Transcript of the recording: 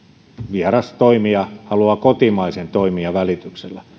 vieras toimija haluaa kotimaisen toimijan välityksellä